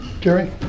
Gary